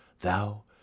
thou